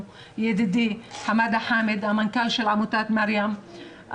ידידי חמאדה חאמד המנכ"ל של עמותת מרים,